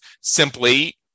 simply